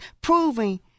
proving